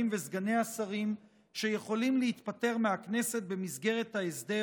וסגני השרים שיכולים להתפטר מהכנסת במסגרת ההסדר